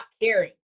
caring